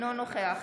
אינו נוכח